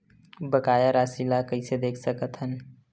बकाया राशि ला कइसे देख सकत हान?